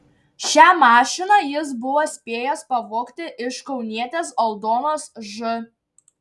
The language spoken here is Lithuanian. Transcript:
šią mašiną jis buvo spėjęs pavogti iš kaunietės aldonos ž